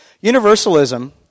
Universalism